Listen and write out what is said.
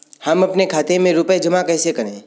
हम अपने खाते में रुपए जमा कैसे करें?